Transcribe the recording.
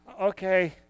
okay